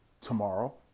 tomorrow